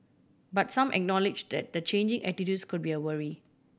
but some acknowledged that the changing attitudes could be a worry